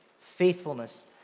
faithfulness